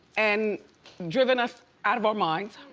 and driven us out of our minds.